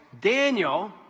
Daniel